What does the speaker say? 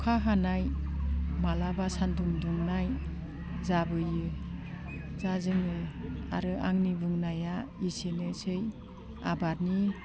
अखा हानाय माब्लाबा सानदुं दुंनाय जाबोयो जा जोङो आरो आंनि बुंनाया एसेनोसै आबादनि